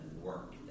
work